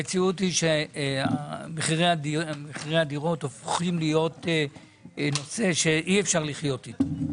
המציאות היא שמחירי הדירות הופכים להיות נושא שאי-אפשר לחיות איתו.